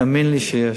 תאמין לי שיש.